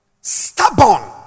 stubborn